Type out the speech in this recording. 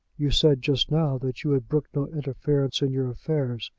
you said just now that you would brook no interference in your affairs.